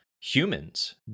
humans